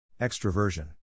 Extroversion